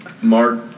Mark